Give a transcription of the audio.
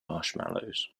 marshmallows